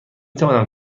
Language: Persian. توانم